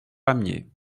pamiers